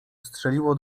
strzeliło